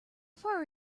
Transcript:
far